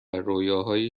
رویاهای